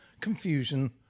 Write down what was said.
confusion